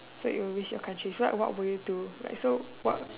so you will risk your country so like what would you do so what